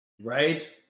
Right